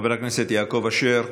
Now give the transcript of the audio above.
חבר הכנסת יעקב אשר,